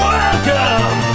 Welcome